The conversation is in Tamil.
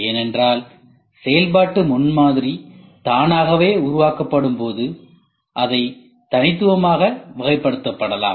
ஏனென்றால் செயல்பாட்டு முன்மாதிரி தானாகவே உருவாக்கப்படும் போது அதை தனித்துவமாக வகைப்படுத்தலாம்